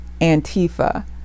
Antifa